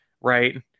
Right